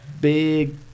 big